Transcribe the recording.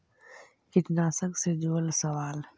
कीटनाशक से जुड़ल सवाल?